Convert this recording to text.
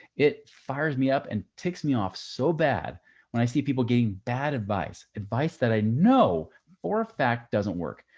it fires me up and takes me off so bad when i see people getting bad advice, advice that i know for a fact doesn't work.